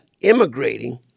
immigrating